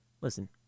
Listen